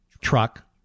truck